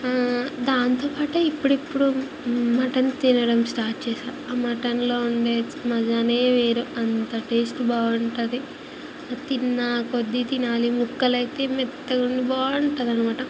దాంతోపాటే ఇప్పుడిప్పుడు మటన్ తినడం స్టార్ట్ చేసాను మటన్లో ఉండే మజానే వేరు అంత టేస్ట్ బాగుంటుంది తిన్నా కొద్ది తినాలి ముక్కలయితే మెత్తగుండి బాగుంటుందనమాట